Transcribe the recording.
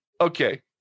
okay